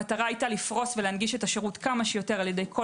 המטרה היתה לפרוס ולהנגיש את השירות כמה שיותר על ידי כל